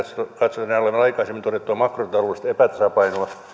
katsota olevan aikaisemmin todettua makrotaloudellista epätasapainoa